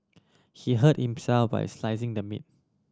he hurt himself while slicing the meat